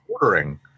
ordering